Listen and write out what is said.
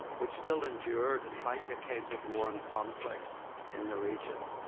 which still endured despite decades of war and conflict in the region.